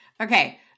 okay